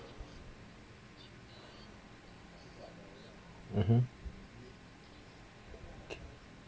mmhmm